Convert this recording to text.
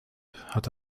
hatte